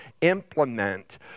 implement